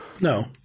No